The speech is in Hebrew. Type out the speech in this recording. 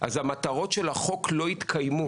אז המטרות של החוק לא יתקיימו.